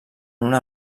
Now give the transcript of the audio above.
una